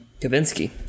Kavinsky